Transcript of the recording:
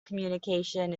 communication